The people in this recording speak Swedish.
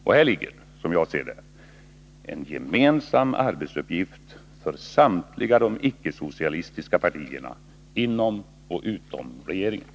Och här ligger, som jag ser det, en gemensam arbetsuppgift för samtliga de icke-socialistiska partierna, inom och utom regeringen.